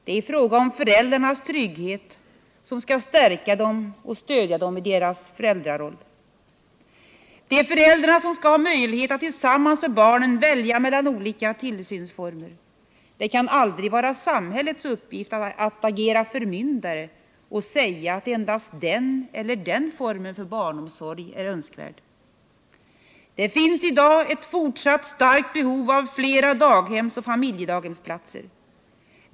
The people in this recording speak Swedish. Det är fråga om föräldrarnas trygghet, som skall stärka dem och stödja dem i deras föräldraroll. Det är föräldrarna som skall ha möjlighet att tillsammans med barnen välja mellan olika tillsynsformer. Det kan aldrig vara samhällets uppgift att agera förmyndare och säga att endast den eller den formen för barnomsorg är önskvärd. Det finns i dag ett fortsatt starkt behov av flera daghemsoch familjedaghemsplatser.